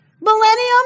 millennium